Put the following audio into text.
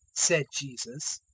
said jesus,